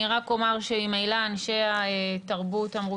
אני רק אומר שממילא אנשי התרבות אמרו